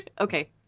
Okay